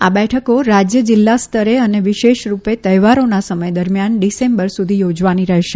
આ બેઠકો રાજ્ય જિલ્લા સ્તરે અને વિશેષરૂપે તહેવારોના સમય દરમ્યાન ડિસેમ્બર સુધી યોજવાની રહેશે